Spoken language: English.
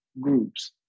groups